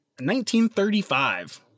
1935